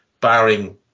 barring